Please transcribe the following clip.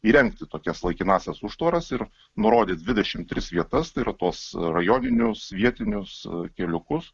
įrengti tokias laikinąsias užtvaras ir nurodė dvidešimt tris vietas tai yra tuos rajoninius vietinius keliukus